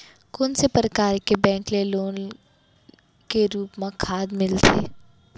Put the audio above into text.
कोन से परकार के बैंक ले लोन के रूप मा खाद मिलथे?